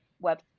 web